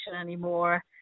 anymore